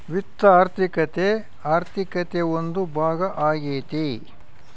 ವಿತ್ತ ಆರ್ಥಿಕತೆ ಆರ್ಥಿಕತೆ ಒಂದು ಭಾಗ ಆಗ್ಯತೆ